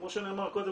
כמו שנאמר קודם,